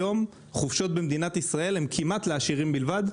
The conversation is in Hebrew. היום חופשות במדינת ישראל הן כמעט לעשירים בלבד.